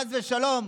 חס ושלום,